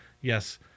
Yes